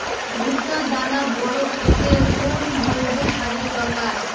ভুট্টার দানা বড় করতে কোন জৈব সারের দরকার?